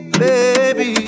baby